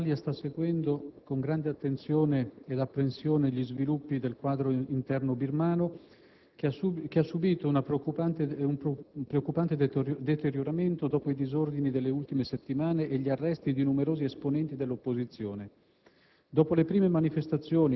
affari esteri*. L'Italia sta seguendo con grande attenzione ed apprensione gli sviluppi del quadro interno birmano, che ha subìto un preoccupante deterioramento dopo i disordini delle ultime settimane e gli arresti di numerosi esponenti dell'opposizione.